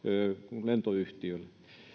lentoyhtiöllä